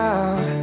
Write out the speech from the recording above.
out